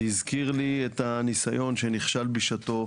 זה הזכיר לי את הניסיון שנכשל בשעתו,